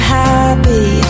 happy